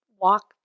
walk